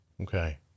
Okay